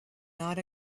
not